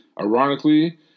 Ironically